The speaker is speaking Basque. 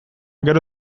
gero